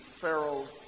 Pharaoh's